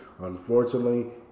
Unfortunately